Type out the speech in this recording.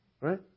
Right